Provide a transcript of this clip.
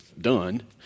done